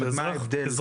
מה ההבדל?